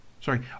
Sorry